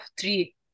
three